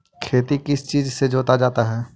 खेती किस चीज से जोता जाता है?